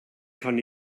kann